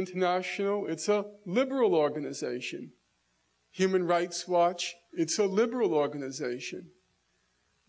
international it's a liberal organization human rights watch it's a liberal organization